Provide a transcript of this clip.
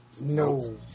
No